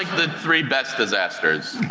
the three best disasters?